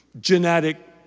genetic